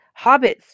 Hobbits